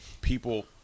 people